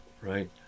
right